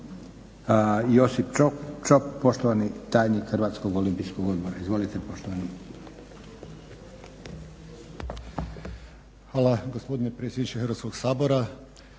Josip Čop, poštovani tajnik Hrvatskog olimpijskog odbora. Izvolite poštovani. **Čop, Josip** Hvala gospodine predsjedniče Hrvatskog sabora.